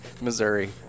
Missouri